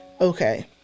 okay